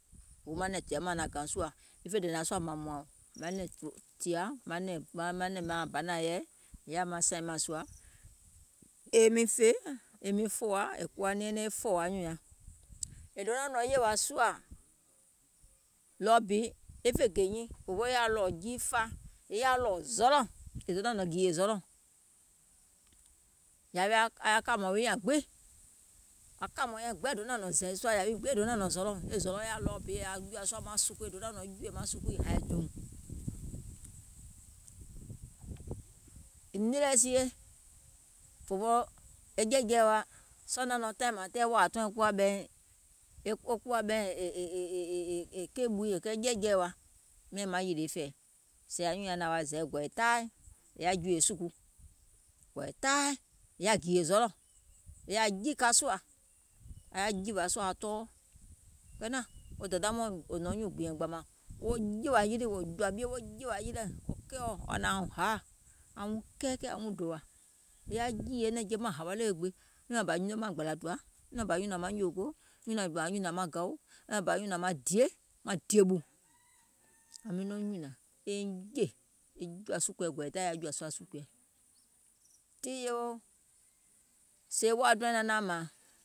òfoo manɛ̀ŋ tìa mȧŋ naŋ gȧŋ sùȧ, muŋ fè dènȧŋ sùȧ mȧŋ mùȧŋ, manɛ̀ŋ tìa, manɛ̀ŋ maŋ ȧŋ banȧŋ yɛi, è yaȧ sȧiŋ mȧŋ sùȧ, eiŋ miŋ fè, eiŋ miŋ fòwȧ, è kuwa nɛɛnɛŋ e fòwȧ nyùùŋ nyaŋ, è donȧŋ nɔ̀ŋ yèwȧ sùȧ ɗɔɔ bi e fè gè nyiiŋ, òfoo è yaȧ ɗɔ̀ɔ̀ jii fàa, ke ɗɔ̀ɔ̀ zɔlɔ̀, è donȧŋ nɔ̀ŋ gèèyè zɔlɔ̀, e hȧȧwè aŋ kȧȧmɔ̀ɔ̀ŋ nyaŋ gbiŋ, kȧȧmɔ̀ɔ̀ŋ nyaŋ gbiŋ donȧŋ nɔ̀ŋ zɛ̀ì sùȧ, yàwi gbiŋ yaȧ zɔlɔ̀, e zɔlɔ̀ yaȧ ɗɔɔ bi è yaȧ jùȧ sùȧ maŋ sùkuù, è donȧŋ nɔ̀ɔ̀ŋ jùùyè maŋ sùkuù e hȧì dùùm, nìì lɛ sie, fòfoo e jɛɛ̀jɛɛ̀ wa, sɔɔ̀ nȧaŋ nɔŋ taìŋ mȧȧŋ tɛɛ̀ wȧȧ tɔùŋ kuwȧ ɓɛìŋ è keì ɓuuyè, kɛɛ e jɛɛ̀jɛɛ̀ wa miȧŋ maŋ yìlè fɛ̀ɛ̀, sèè nyùùŋ nyaŋ naŋ wa zɛì, gɔ̀ɛ̀ɛ̀ taai è yaȧ jùùyè sùkuù, gɔ̀ɛ̀ɛ̀ taai è yaȧ gììyè zɔlɔ̀, è yaȧ jìkȧ sùà, aŋ yaȧ jìwȧ sùȧ aŋ tɔɔ, kenȧŋ wo dèda mɔɔ̀ŋ nɔ̀ŋ nyuùŋ gbìȧŋ gbȧmȧŋ, wo jìwȧ yilì, wò jɔ̀ȧ ɓie wo jìwà yilì, wo kɛɛɔ̀ wo hnȧŋ wouŋ haȧ, aŋ wuŋ kɛɛkɛ̀ɛ̀ auŋ dòwȧ, nìŋ yaȧ jììyè manɛ̀ŋje maŋ hȧwa gbiŋ, nyùnɔ̀ɔŋ bȧ nyuno maŋ gbȧlȧ tùwa, nyùnɔ̀ɔŋ bȧ nyùnȧŋ maŋ nyòògoò, nyùnɔ̀ɔŋ bȧ nyùnȧŋ maŋ gaù, nyùnɔ̀ɔŋ bȧ nyùnȧŋ maŋ die, maŋ dìè ɓù, aŋ miŋ nyùnȧŋ eiŋ jè, gɔ̀ɛ̀ɛ̀ taai è yaȧ jùȧ sùȧ sùkuùɛ, tii yewio, sèè wȧȧ tɔùɔŋ naŋ naȧŋ mȧȧŋ